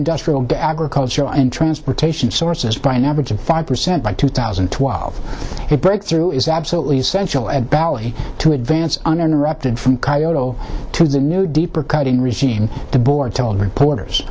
industrial agriculture and transportation sources by an average of five percent by two thousand and twelve that breakthrough is absolutely essential at bally to advance uninterrupted from cotto to the new deeper cutting regime the board told reporters